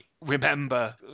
remember